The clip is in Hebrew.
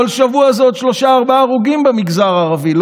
כל שבוע זה עוד שלושה-ארבעה הרוגים במגזר הערבי,